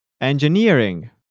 Engineering